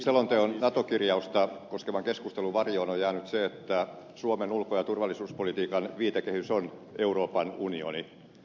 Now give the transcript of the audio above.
selonteon nato kirjausta koskevan keskustelun varjoon on jäänyt se että suomen ulko ja turvallisuuspolitiikan viitekehys on euroopan unioni